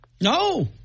No